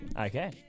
Okay